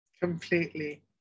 Completely